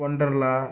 Wonderla